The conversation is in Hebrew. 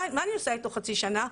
מה אני עושה איתו חצי שנה?